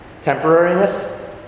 temporariness